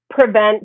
prevent